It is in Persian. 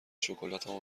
شکلاتمو